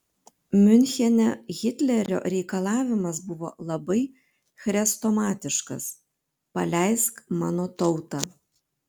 miunchene hitlerio reikalavimas buvo labai chrestomatiškas paleisk mano tautą